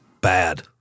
Bad